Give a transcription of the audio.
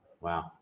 wow